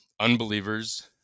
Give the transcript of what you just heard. Unbelievers